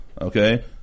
Okay